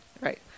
right